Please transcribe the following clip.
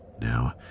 Now